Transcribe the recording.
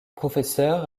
professeur